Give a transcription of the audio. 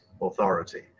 authority